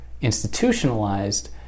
institutionalized